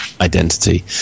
identity